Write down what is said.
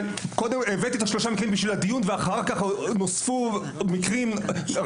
קודם כל הבאתי את השלושה מקרים בשביל הדיון ואחר כך נוספו מקרים רבים